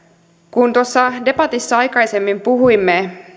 kun tuossa debatissa aikaisemmin puhuimme